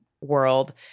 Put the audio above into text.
world